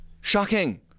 Shocking